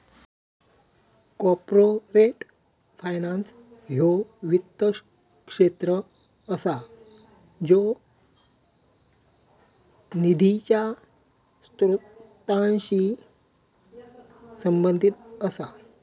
corporate finance ह्यो वित्त क्षेत्र असा ज्यो निधीच्या स्त्रोतांशी संबंधित असा